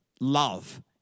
love